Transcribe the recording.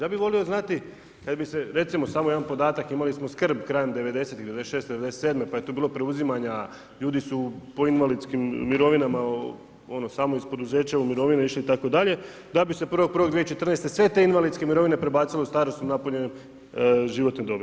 Ja bi volio znati, kada bi se samo jedan podatak imali smo skrb, krajem '90., '96., '97. pa je tu bilo preuzimanja, ljudi su po invalidskim mirovinama, ono samo iz poduzeća u mirovine išli itd. da bi se 1.1.2014. sve te invalidske mirovine prebacile u starosnu napunjene životne dobi.